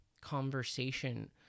conversation